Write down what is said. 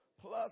Plus